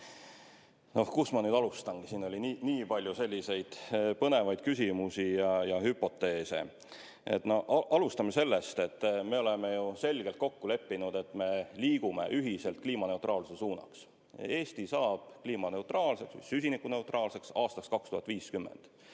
Oh, kust ma nüüd alustangi ... Siin oli nii palju selliseid põnevaid küsimusi ja hüpoteese. Alustame sellest, et me oleme ju selgelt kokku leppinud, et me liigume ühiselt kliimaneutraalsuse suunas. Eesti saab kliimaneutraalseks või süsinikuneutraalseks aastaks 2050